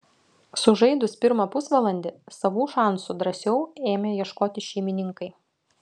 sužaidus pirmą pusvalandį savų šansų drąsiau ėmė ieškoti šeimininkai